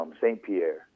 Saint-Pierre